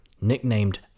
nicknamed